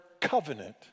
covenant